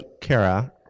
Kara